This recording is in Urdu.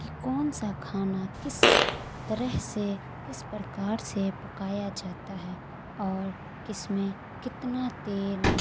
کہ کون سا کھانا کس طرح سے کس پرکار سے پکایا جاتا ہے اور کس میں کتنا تیل